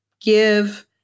give